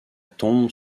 tombe